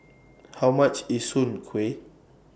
How much IS Soon Kuih